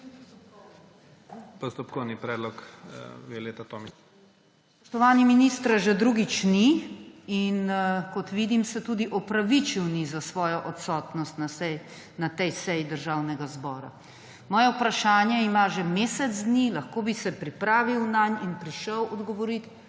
VIOLETA TOMIĆ (PS Levica): Spoštovani, ministra že drugič ni. In, kot vidim, se tudi opravičil ni za svojo odsotnost na tej seji Državnega zbora. Moje vprašanje ima že mesec dni. Lahko bi se pripravil nanj in prišel odgovoriti,